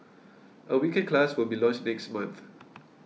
a weekend class will be launched next month